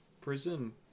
prison